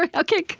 like ok, good.